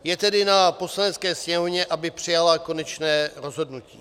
Je tedy na Poslanecké sněmovně, aby přijala konečné rozhodnutí.